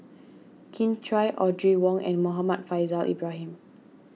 Kin Chui Audrey Wong and Muhammad Faishal Ibrahim